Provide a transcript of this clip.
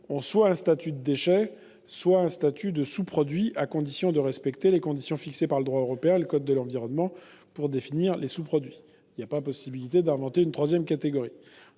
ont un statut soit de déchet, soit de sous-produit, à condition de respecter les conditions fixées par le droit européen et le code de l'environnement pour le statut de sous-produit. Il n'est pas possible d'inventer une troisième catégorie.